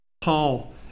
Paul